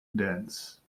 dense